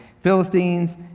Philistines